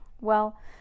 Well